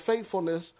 faithfulness